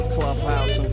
clubhouse